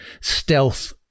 stealth